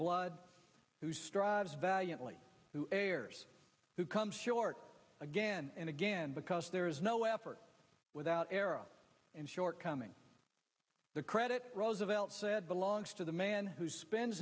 blood who strives valiantly who cares who comes short again and again because there is no effort without error and shortcoming the credit roosevelt said belongs to the man who spends